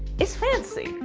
it's fancy.